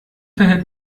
verhält